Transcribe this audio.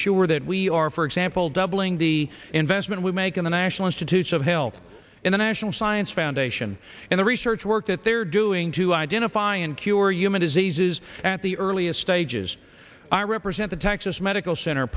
sure that we are for example double the investment we make in the national institutes of health in the national science foundation and the research work that they're doing to identify and cure human diseases at the earliest stages i represent the texas medical center